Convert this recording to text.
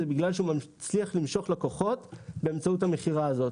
זה בגלל שהוא מצליח למשוך לקוחות באמצעות המכירה הזאת.